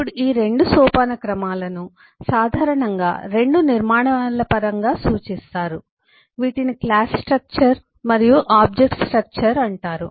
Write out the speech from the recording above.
ఇప్పుడు ఈ 2 సోపానక్రమాలను సాధారణంగా 2 నిర్మాణాల పరంగా సూచిస్తారు వీటిని క్లాస్ స్ట్రక్చర్ మరియు ఆబ్జెక్ట్ స్ట్రక్చర్ అంటారు